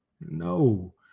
No